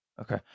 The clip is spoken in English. Okay